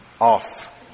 off